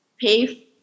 pay